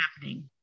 happening